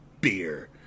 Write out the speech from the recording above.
beer